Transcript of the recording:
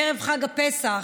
ערב חג הפסח,